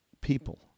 people